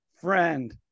friend